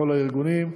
בכל הארגונים,